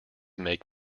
make